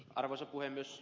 arvoisa puhemies